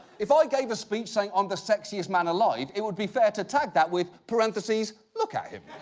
if i gave a speech saying i'm the sexiest man alive, it would be fair to tag that with parenthesis, look at him.